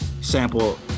Sample